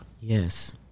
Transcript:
Yes